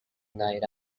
night